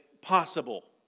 Possible